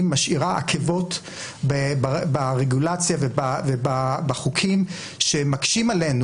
משאירה עקבות ברגולציה ובחוקים שמקשים עלינו.